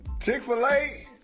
Chick-fil-A